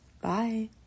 Bye